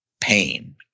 pain